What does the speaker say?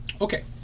Okay